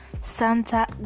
santa